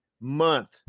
Month